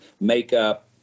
makeup